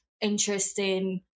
interesting